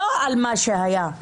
לא על מה שהיה,